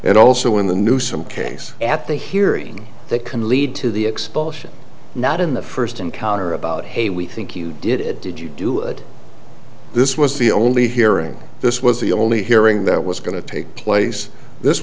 and also in the newsome case at the hearing that can lead to the expulsion not in the first encounter about hey we think you did it did you do it this was the only hearing this was the only hearing that was going to take place this